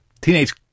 teenage